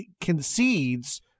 concedes